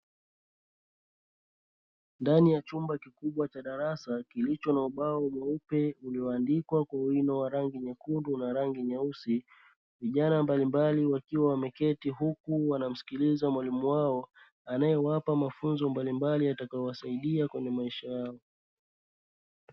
Ndani ya chumba kikubwa cha darasa kilicho na ubao mweupe ulioandikwa kwa wino wa rangi nyekundu na rangi nyeusi, vijana mbalimbali wakiwa wameketi huku wanamsikiliza mwalimu wao. Anayewapa mafunzo mbalimbali yatakaowasaidia kwenye maisha yao.